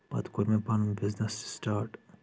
پتہٕ کوٚر مےٚ پنُن بِزنٮ۪س سٹاٹ